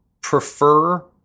prefer